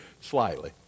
Slightly